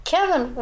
Kevin